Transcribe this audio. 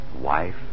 Wife